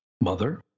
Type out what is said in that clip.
Mother